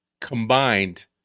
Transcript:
combined